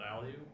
value